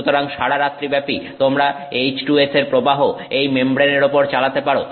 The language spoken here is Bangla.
সুতরাং সারা রাত্রি ব্যাপি তোমরা H2S এর প্রবাহ এই মেমব্রেনের উপর চালাতে পারো